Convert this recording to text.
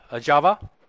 Java